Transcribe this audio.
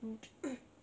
mm